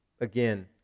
again